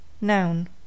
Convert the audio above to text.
noun